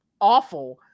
awful